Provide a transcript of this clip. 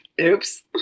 Oops